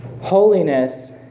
holiness